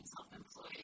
self-employed